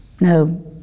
no